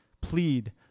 Plead